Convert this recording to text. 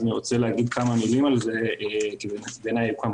אז אני רוצה להגיד כמה מילים על זה כי היו כמה